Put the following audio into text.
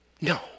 no